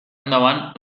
endavant